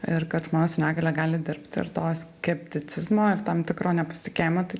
ir kad žmonės su negalia gali dirbti ir to skepticizmo ir tam tikro nepasitikėjimo tai